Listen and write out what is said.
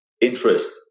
interest